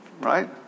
right